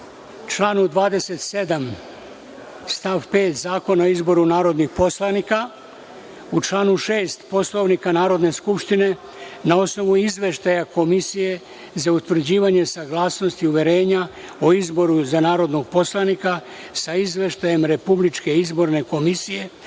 članu 27. stav 5. Zakona o izboru narodnih poslanika i člana 6. Poslovnika Narodne skupštine, na osnovu izveštaja Komisije za utvrđivanje saglasnosti uverenja o izboru za narodnog poslanika sa Izveštajem Republičke izborne komisije